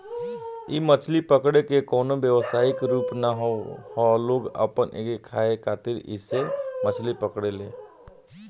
इ मछली पकड़े के कवनो व्यवसायिक रूप ना ह लोग अपना के खाए खातिर ऐइसे मछली पकड़े ले